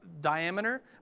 diameter